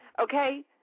Okay